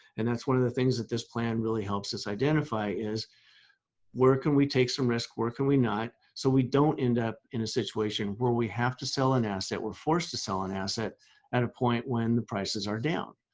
and that's one of the things that this plan really helps us identify is where can we take some risk, where can we not, so we don't end up in a situation where we have to sell an asset, we're forced to sell an asset at a point when the prices are down.